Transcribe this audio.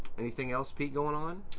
anything else, pete, going on?